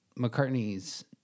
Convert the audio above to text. McCartney's